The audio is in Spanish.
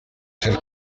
ser